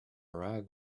rag